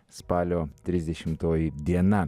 spalio trisdešimtoji diena